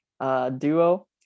duo